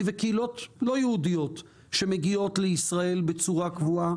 וקהילות לא יהודיות שמגיעות לישראל בצורה קבועה.